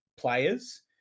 players